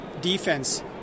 defense